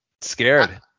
Scared